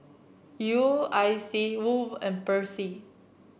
U I C Woh Hup and Persil